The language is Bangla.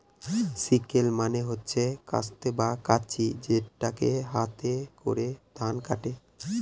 সিকেল মানে হচ্ছে কাস্তে বা কাঁচি যেটাকে হাতে করে ধান কাটে